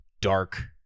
dark